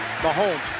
Mahomes